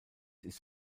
ist